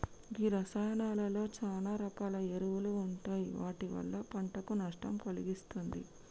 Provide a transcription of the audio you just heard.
గీ రసాయానాలలో సాన రకాల ఎరువులు ఉంటాయి వాటి వల్ల పంటకు నష్టం కలిగిస్తుంది